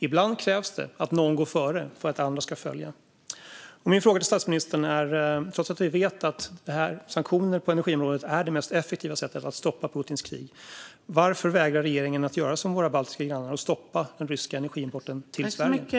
Ibland krävs det att någon går före för att andra ska följa. Min fråga till statsministern är: Varför vägrar regeringen, trots att vi vet att sanktioner på energiområdet är det mest effektiva sättet att stoppa Putins krig, att göra som våra baltiska grannar och stoppa den ryska energiimporten till Sverige?